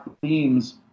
themes